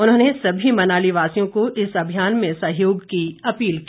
उन्होंने सभी मनाली वासियों से इस अभियान में सहयोग की अपील की